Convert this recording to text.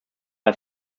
are